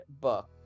book